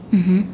mmhmm